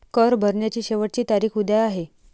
कर भरण्याची शेवटची तारीख उद्या आहे